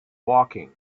woking